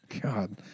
God